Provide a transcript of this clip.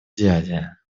дядя